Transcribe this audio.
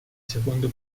secondo